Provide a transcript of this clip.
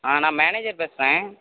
ஆ நான் மேனேஜர் பேசுகிறேன்